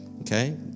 Okay